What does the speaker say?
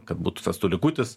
kad būtų sąstų likutis